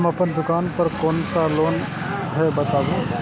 हम अपन दुकान पर कोन सा लोन हैं बताबू?